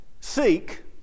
seek